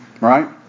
right